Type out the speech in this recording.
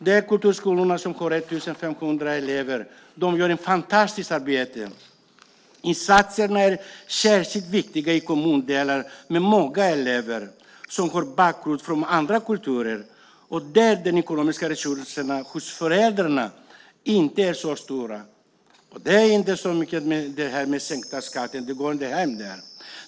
Det är kulturskolor som har 1 500 elever, och de gör ett fantastiskt arbete. Insatserna är särskilt viktiga i kommundelar med många elever som har bakgrund i andra kulturer och där de ekonomiska resurserna hos föräldrarna inte är så stora. Där hjälper inte sänkta skatter så mycket.